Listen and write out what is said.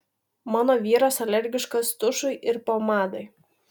mano vyras alergiškas tušui ir pomadai